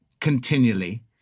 continually